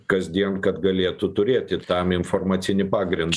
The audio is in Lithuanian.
kasdien kad galėtų turėti tam informacinį pagrindą